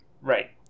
Right